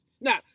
Now